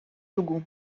dugu